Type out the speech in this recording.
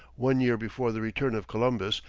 one year before the return of columbus,